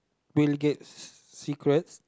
Bill Gates secrets